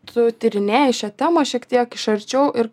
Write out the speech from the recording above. tu tyrinėji šią temą šiek tiek iš arčiau ir